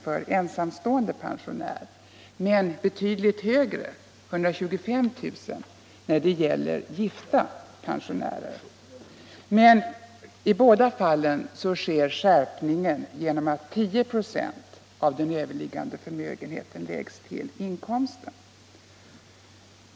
för ensamstående pensionär men betydligt högre — 125 000 kr. — för gifta pensionärer. I båda fallen sker emellertid skärpningen genom att 10 96 av den överskjutande förmögenheten läggs till inkomsten.